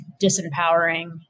disempowering